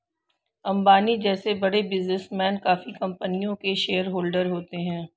अंबानी जैसे बड़े बिजनेसमैन काफी कंपनियों के शेयरहोलडर होते हैं